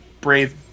brave